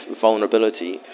vulnerability